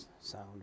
sound